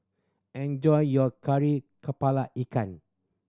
enjoy your Kari Kepala Ikan